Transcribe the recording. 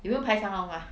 有没有排长龙 ah